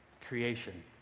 Creation